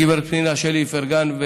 גברת פנינה שלי איפרגן,